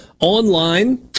Online